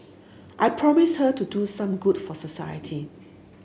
I promised her to do some good for society